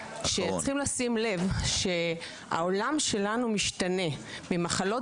צריכים לשים לב שהעולם שלנו משתנה ממחלות